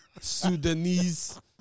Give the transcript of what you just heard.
Sudanese